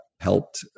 helped